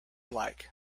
like